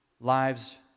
lives